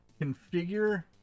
configure